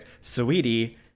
Sweetie